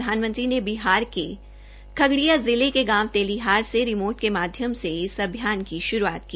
प्रधानमंत्री ने बिहार के खगड़िया जिले के गांव तेलीहार से रिमोट के माध्यम से इस अभियान की शुरूआत की